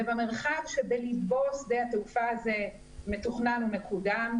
במרחב שבלבו שדה התעופה הזה מתוכנן ומקודם,